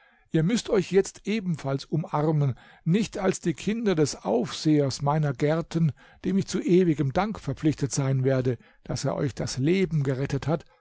ihr müßt euch jetzt ebenfalls umarmen nicht als die kinder des aufsehers meiner gärten dem ich zu ewigem dank verpflichtet sein werde daß er euch das leben gerettet hat